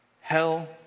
hell